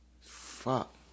Fuck